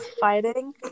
fighting